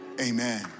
amen